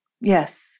yes